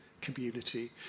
community